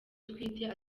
utwite